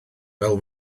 fel